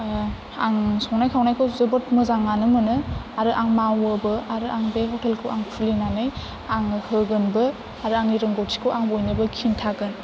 आं संनाय खावनायखौ जोबोद मोजाङानो मोनो आरो आं मावोबो आरो आं बे हटेलखौ आं खुलिनानै आङो होगोनबो आरो आंनि रोंगथिखौ आं बयनोबो खिनथागोन